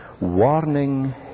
warning